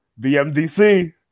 BMDC